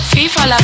Fifa